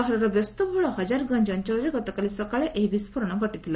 ସହରର ବ୍ୟସ୍ତବହୁଳ ହଜାରଗଞ୍ଜ ଅଞ୍ଚଳରେ ଗତକାଲି ସକାଳେ ଏହି ବିସ୍କୋରଣ ଘଟିଥିଲା